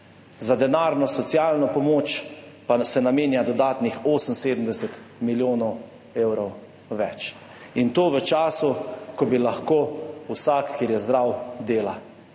za denarno socialno pomoč pa se namenja dodatnih 78 milijonov evrov več, in to v času, ko lahko vsak, ki je zdrav, dela.